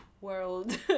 world